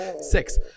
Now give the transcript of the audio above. six